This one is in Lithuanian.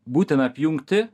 būtina apjungti